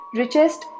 richest